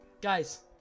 Guys